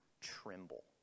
tremble